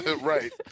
right